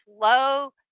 low